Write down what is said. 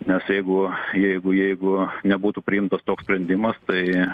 nes jeigu jeigu jeigu nebūtų priimtas toks sprendimas tai